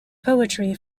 poetry